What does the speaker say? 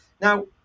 Now